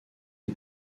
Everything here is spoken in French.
une